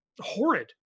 horrid